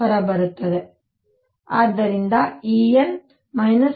ಆದ್ದರಿಂದ En 13